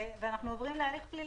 אנחנו עוברים להליך פלילי.